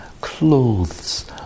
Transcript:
clothes